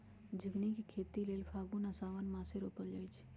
झिगुनी के खेती लेल फागुन आ साओंन मासमे रोपल जाइ छै